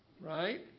right